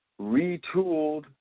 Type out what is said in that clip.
retooled